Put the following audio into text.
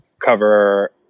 cover